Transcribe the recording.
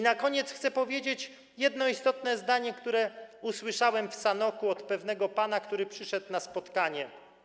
Na koniec chcę powiedzieć jedno istotne zdanie, które usłyszałem w Sanoku od pewnego pana, który przyszedł na spotkanie.